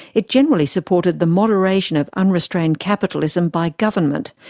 it generally supported the moderation of unrestrained capitalism by government,